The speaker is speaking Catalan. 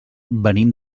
venim